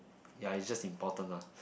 ya it's just important lah